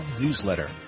newsletter